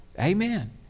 amen